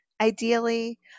ideally